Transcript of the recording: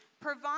provide